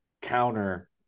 counter